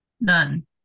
None